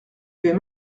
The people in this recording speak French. vais